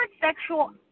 sexual